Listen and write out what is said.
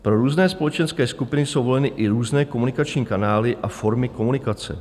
Pro různé společenské skupiny jsou voleny i různé komunikační kanály a formy komunikace.